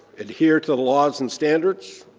adhere to the laws and standards.